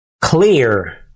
Clear